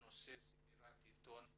בנושא סגירת עיתון וסטי.